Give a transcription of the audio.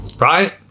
Right